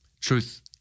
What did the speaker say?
Truth